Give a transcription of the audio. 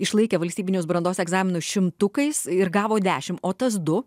išlaikė valstybinius brandos egzaminus šimtukais ir gavo dešimt o tas du